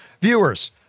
viewers